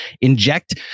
inject